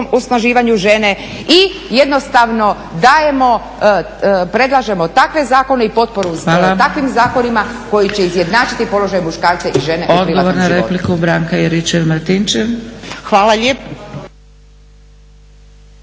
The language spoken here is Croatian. osnaživanju žene i jednostavno dajemo, predlažemo takve zakone i potporu takvim zakonima koji će izjednačiti položaj muškarca i žene u privatnom životu.